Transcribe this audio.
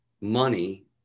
money